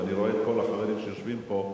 ואני רואה את כל החברים שיושבים פה,